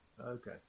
Okay